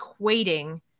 equating